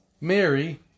Mary